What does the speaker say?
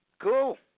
Cool